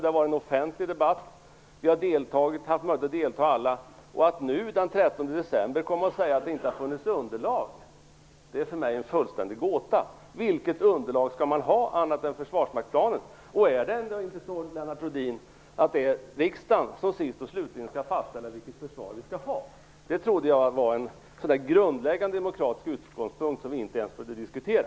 Det har varit en offentlig debatt som vi alla har haft möjlighet att delta i. Att någon nu den 13 december kan komma och säga att det inte har funnits något underlag är för mig en fullständigt gåta. Vilket underlag skall man ha annat än försvarsmaktsplanen? Är det inte ändå riksdagen, Lennart Rohdin, som sist och slutligen skall fastställa vilket försvar vi skall ha? Det trodde jag var en grundläggande demokratiskt utgångspunkt som vi inte ens behövde diskutera.